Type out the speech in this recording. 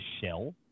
shell